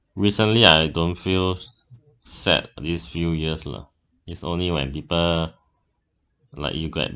recently I don't feel sad these few years lah it's only when people like you get